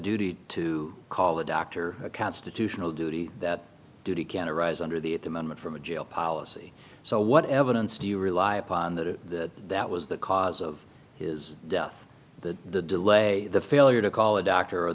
duty to call a doctor a constitutional duty that duty can arise under the at the moment from a jail policy so what evidence do you rely upon that that was the cause of his death the delay the failure to call a doctor or